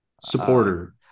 supporter